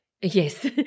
yes